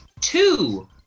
two